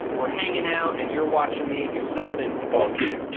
we're hanging out, and you're watching me do something fucking